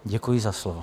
Děkuji za slovo.